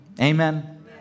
Amen